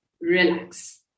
relax